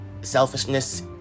selfishness